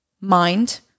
mind